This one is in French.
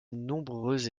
nombreuses